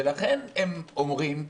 ולכן, הם אומרים,